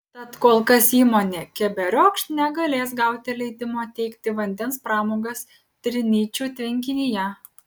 tad kol kas įmonė keberiokšt negalės gauti leidimo teikti vandens pramogas trinyčių tvenkinyje